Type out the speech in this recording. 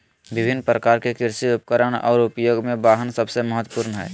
विभिन्न प्रकार के कृषि उपकरण और उपयोग में वाहन सबसे महत्वपूर्ण हइ